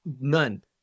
none